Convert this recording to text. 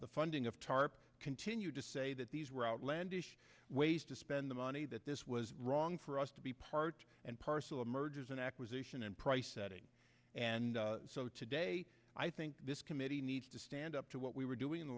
the funding of tarp continued to say that these were outlandish ways to spend the money that this was wrong for us to be part and parcel of mergers and acquisition and price setting and so today i think this committee needs to stand up to what we were doing